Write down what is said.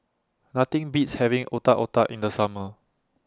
Nothing Beats having Otak Otak in The Summer